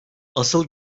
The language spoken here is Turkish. asıl